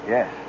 Yes